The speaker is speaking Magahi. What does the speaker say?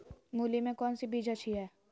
मूली में कौन सी बीज अच्छी है?